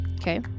Okay